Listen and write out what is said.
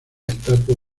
estatus